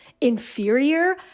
inferior